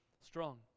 strong